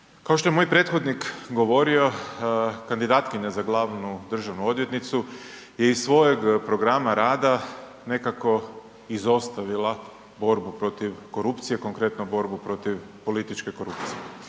Kao što je moj prethodnik govorio, kandidatkinja za glavnu državnu odvjetnicu je iz svojeg programa rada nekako izostavila borbu protiv korupcije, konkretno borbu protiv političke korupcije.